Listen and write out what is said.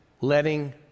letting